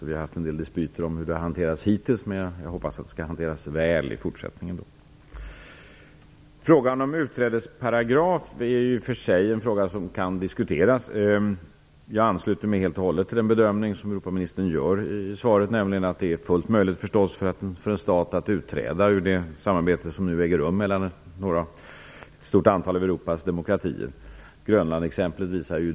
Vi har haft en del dispyter om hur det hittills har hanterats, men jag hoppas att detta hanteras väl i fortsättningen. Frågan om en utträdesparagraf är i och för sig en fråga som kan diskuteras. Jag ansluter mig helt och hållet till den bedömning som Europaministern gör i svaret, nämligen att det förstås är fullt möjligt för en stat att utträda ur det samarbete som nu äger rum mellan ett stort antal av Europas demokratier. Grönlandsexemplet visar det väl.